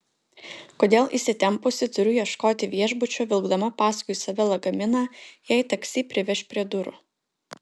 kodėl įsitempusi turiu ieškoti viešbučio vilkdama paskui save lagaminą jei taksi priveš prie durų